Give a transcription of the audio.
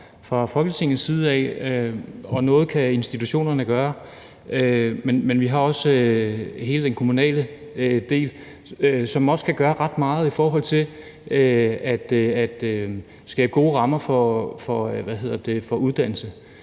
fra Folketingets side, og noget kan institutionerne gøre, men vi har også hele den kommunale del, som kan gøre ret meget i forhold til at skabe gode rammer for uddannelse,